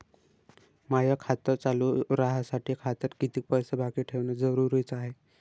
माय खातं चालू राहासाठी खात्यात कितीक पैसे बाकी ठेवणं जरुरीच हाय?